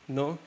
no